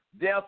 Death